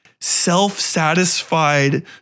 Self-satisfied